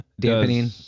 dampening